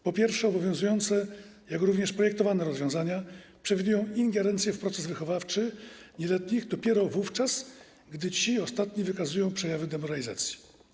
Po pierwsze, obowiązujące, jak również projektowane rozwiązania przewidują ingerencję w proces wychowawczy nieletnich dopiero wówczas, gdy ci wykazują przejawy demoralizacji.